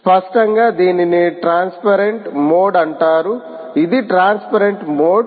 స్పష్టంగా దీనిని transparent mode అంటారు ఇది ట్రాన్స్పరెంట్ మోడ్